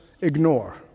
ignore